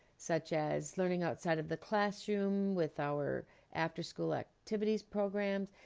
such as learning outside of the classroom with our after-school activities programs,